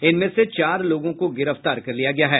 इनमें से चार लोगों को गिरफ्तार कर लिया गया है